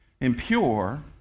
impure